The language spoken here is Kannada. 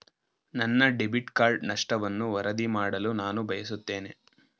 ನನ್ನ ಡೆಬಿಟ್ ಕಾರ್ಡ್ ನಷ್ಟವನ್ನು ವರದಿ ಮಾಡಲು ನಾನು ಬಯಸುತ್ತೇನೆ